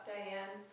Diane